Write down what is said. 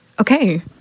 Okay